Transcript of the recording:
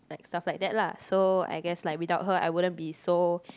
stuff like that lah so I guess like without her I wouldn't be so